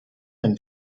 and